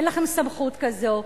אין לכם סמכות כזאת,